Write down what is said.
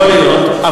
יכול להיות.